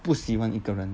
不喜欢一个人